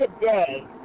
today